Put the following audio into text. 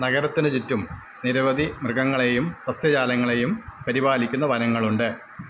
നഗരത്തിന് ചുറ്റും നിരവധി മൃഗങ്ങളെയും സസ്യജാലങ്ങളെയും പരിപാലിക്കുന്ന വനങ്ങളുണ്ട്